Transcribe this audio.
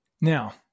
Now